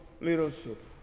leadership